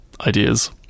ideas